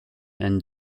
and